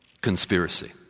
conspiracy